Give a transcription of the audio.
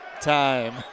time